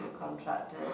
contractor